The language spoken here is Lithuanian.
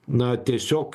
na tiesiog